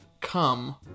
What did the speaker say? come